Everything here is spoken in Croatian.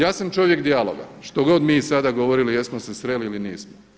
Ja sam čovjek dijaloga što god mi sada govorili jesmo se sreli ili nismo.